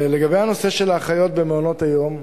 לגבי הנושא של האחיות ומעונות-היום,